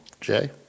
Jay